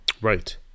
Right